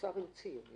אני